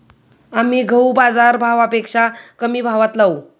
आम्ही गहू बाजारभावापेक्षा कमी भावात लावू